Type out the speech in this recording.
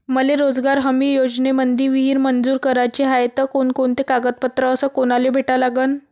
मले रोजगार हमी योजनेमंदी विहीर मंजूर कराची हाये त कोनकोनते कागदपत्र अस कोनाले भेटा लागन?